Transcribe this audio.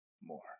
more